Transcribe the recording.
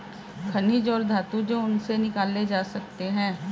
खनिज और धातु जो उनसे निकाले जा सकते हैं